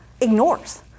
ignores